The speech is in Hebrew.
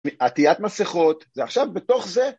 ‫מעטיית מסכות, ועכשיו בתוך זה...